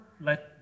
let